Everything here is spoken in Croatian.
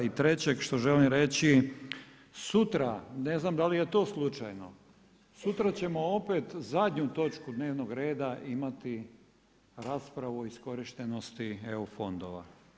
I treće što želim reći, sutra, ne znam da li je to slučajno, sutra ćemo opet zadnju točku dnevnog reda imati raspravu o iskorištenosti EU fondova.